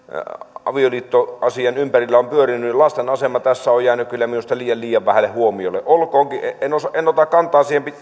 avioliittoasian ympärillä on pyörinyt lasten asema on jäänyt kyllä minusta liian liian vähälle huomiolle en ota kantaa siihen